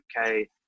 okay